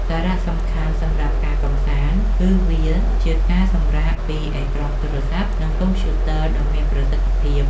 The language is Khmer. សារៈសំខាន់សម្រាប់ការកម្សាន្តគឺវាជាការសម្រាកពីអេក្រង់ទូរសព្ទ និងកុំព្យូទ័រដ៏មានប្រសិទ្ធភាព។